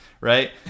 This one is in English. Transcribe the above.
right